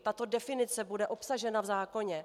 Tato definice bude obsažena v zákoně.